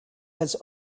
was